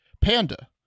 Panda